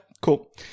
cool